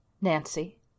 Nancy